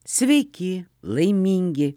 sveiki laimingi